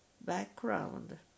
background